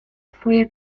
twoje